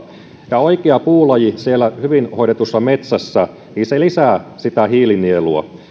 ja oikea puulaji siellä hyvin hoidetussa metsässä lisää hiilinielua